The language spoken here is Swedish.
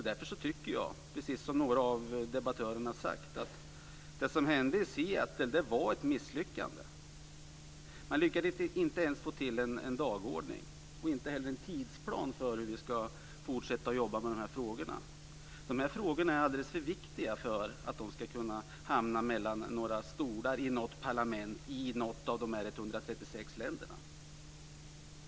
Därför tycker jag, precis som några av debattörerna har sagt, att det som hände i Seattle var ett misslyckande. Man lyckades inte ens få till en dagordning och inte heller en tidsplan för hur vi ska fortsätta att jobba med de här frågorna. Frågorna är alldeles för viktiga för att de ska hamna mellan några stolar i något parlament i något av de 136 länderna.